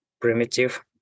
primitive